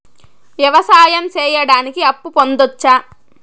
వ్యవసాయం సేయడానికి అప్పు పొందొచ్చా?